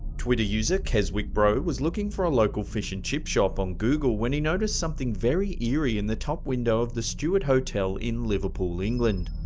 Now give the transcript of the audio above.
twitter user keswickbro was looking for a local fish and chip shop on google, when he noticed something very eerie in the top window of the stuart hotel in liverpool, england.